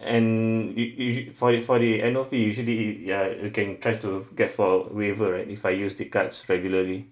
and you usually for the for the annual fee usually ya you can try to get for waiver right if I use this card regularly